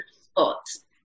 sports